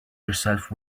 yourself